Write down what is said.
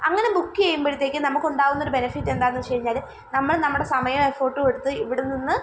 അങ്ങനെ ബുക്ക് ചെയ്യുമ്പോഴത്തേയ്ക്ക് നമുക്കുണ്ടാവുന്നൊരു ബെനിഫിറ്റ് എന്താണെന്ന് വെച്ചുകഴിഞ്ഞാൽ നമ്മൾ നമ്മുടെ സമയവും എഫേർട്ടും എടുത്ത് ഇവിടെ നിന്ന്